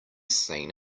seen